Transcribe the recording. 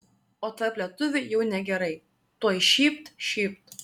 o tarp lietuvių jau negerai tuoj šypt šypt